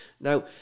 Now